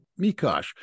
Mikosh